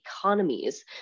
economies